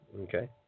Okay